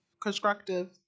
constructive